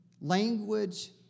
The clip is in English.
Language